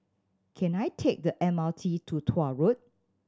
can I take the M R T to Tuah Road